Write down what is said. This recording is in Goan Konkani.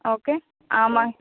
ओके आं मागीर